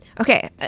Okay